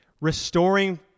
restoring